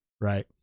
Right